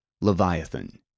Leviathan